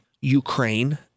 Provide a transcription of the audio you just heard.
Ukraine